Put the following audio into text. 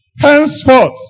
Henceforth